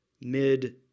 mid